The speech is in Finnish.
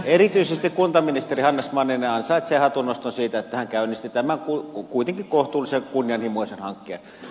erityisesti kuntaministeri hannes manninen ansaitsee hatunnoston siitä että hän käynnisti tämän kuitenkin kohtuullisen kunnianhimoisen hankkeen